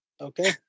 Okay